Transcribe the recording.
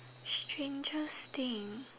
strangest thing